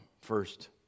first